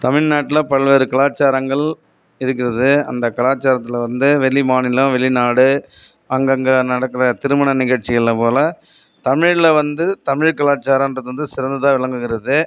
தமிழ்நாட்டில் பல்வேறு கலாச்சாரங்கள் இருக்கிறது அந்த கலாச்சாரத்தில் வந்து வெளி மாநிலம் வெளிநாடு அங்கங்கே நடக்கிற திருமண நிகழ்ச்சிகளை போல தமிழில் வந்து தமிழ் கலாச்சாரம் என்பது வந்து சிறந்ததாக விளங்குகிறது